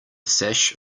sash